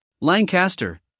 Lancaster